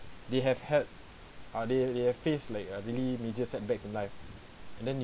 they have had ah they they have faced like uh really major setbacks in life and then